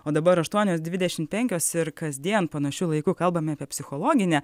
o dabar aštuonios dvidešimt penkios ir kasdien panašiu laiku kalbame apie psichologinę